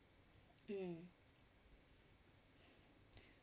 yeah